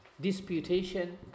disputation